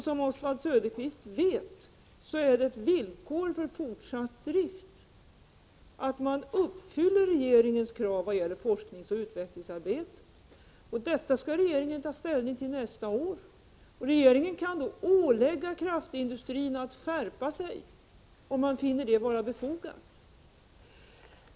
Som Oswald Söderqvist vet är det ett villkor för fortsatt drift att man uppfyller regeringens krav när det gäller forskningsoch utvecklingsarbete. Detta skall regeringen alltså ta ställning till nästa år. Regeringen kan då ålägga kraftindustrin att skärpa sig, om vi finner det befogat.